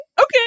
okay